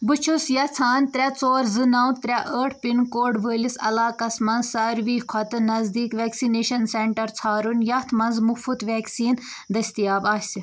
بہٕ چھُس یژھان ترٛےٚ ژور زٕ نَو ترٛےٚ ٲٹھ پِن کوڈ وٲلِس علاقس مَنٛز ساروی کھۄتہٕ نزدیٖک ویکسِنیشن سینٹر ژھارُن یتھ مَنٛز مُفٕط ویکسیٖن دٔستِیاب آسہِ